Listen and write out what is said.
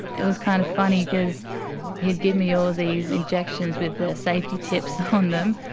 it was kind of funny, because he'd give me all these injections with the safety tips on them,